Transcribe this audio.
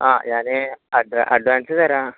ആ ഞാൻ ആ അഡ്വാൻസ് തരാം